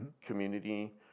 community